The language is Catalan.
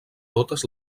totes